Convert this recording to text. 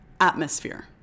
atmosphere